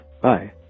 bye